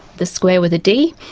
the square with a d,